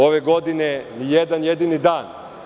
Ove godine – ni jedan jedini dan.